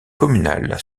communal